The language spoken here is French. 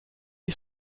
est